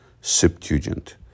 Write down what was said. septuagint